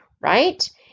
right